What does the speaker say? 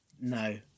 No